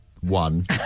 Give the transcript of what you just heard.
one